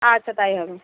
আচ্ছা তাই হবে